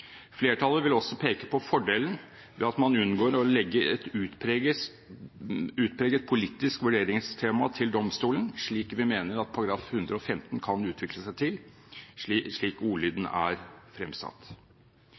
Flertallet vil også peke på fordelen ved at man unngår å legge et utpreget politisk vurderingstema til domstolen, slik vi mener at § 115 kan utvikle seg til slik